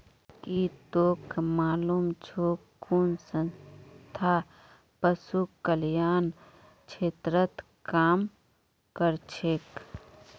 की तोक मालूम छोक कुन संस्था पशु कल्याण क्षेत्रत काम करछेक